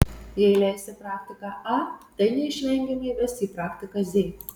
jei leisi praktiką a tai neišvengiamai ves į praktiką z